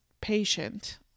patient